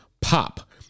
pop